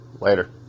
Later